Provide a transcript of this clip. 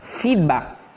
Feedback